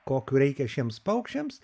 kokių reikia šiems paukščiams